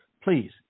Please